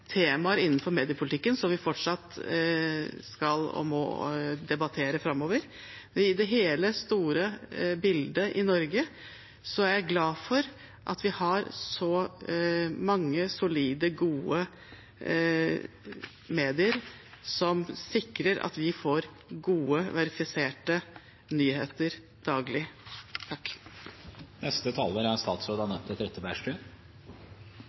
temaer innenfor mediepolitikken vi fortsatt skal og må debattere framover. Når det gjelder det hele og store bildet i Norge, er jeg glad for at vi har så mange solide, gode medier som sikrer at vi får gode, verifiserte nyheter daglig. Jeg vil takke komiteen for en hittil veldig god debatt. Jeg er